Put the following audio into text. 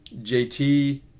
JT